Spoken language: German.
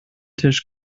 tisch